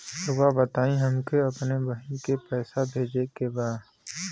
राउर बताई हमके अपने बहिन के पैसा भेजे के बा?